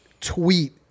tweet